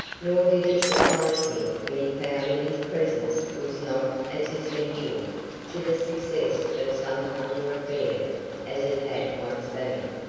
nor did it surprise him when he found that his presence was not as essential to the success of some other affair as it had once been.